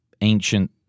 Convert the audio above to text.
ancient